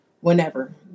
whenever